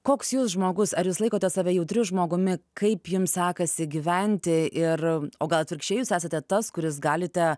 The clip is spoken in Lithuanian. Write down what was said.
koks jūs žmogus ar jūs laikote save jautriu žmogumi kaip jums sekasi gyventi ir o gal atvirkščiai jūs esate tas kuris galite